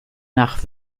nach